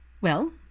Well